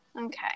Okay